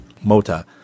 Mota